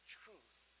truth